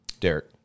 Derek